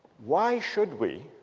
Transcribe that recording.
why should we